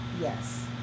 Yes